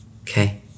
Okay